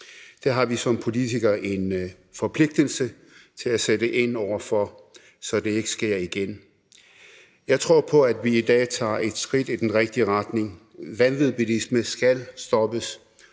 Det har vi som politikere en forpligtelse til at sætte ind over for, så det ikke sker igen. Jeg tror på, at vi i dag tager et skridt i den rigtige retning. Vanvidsbilisme skal stoppes,